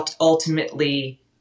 Ultimately